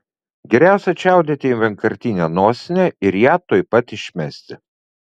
geriausia čiaudėti į vienkartinę nosinę ir ją tuoj pat išmesti